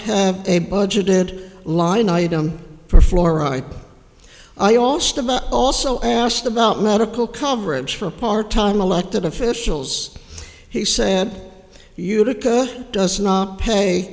have a budget line item for fluoride i also also asked about medical coverage for a part time elected officials he said utica does not pay